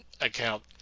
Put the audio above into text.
account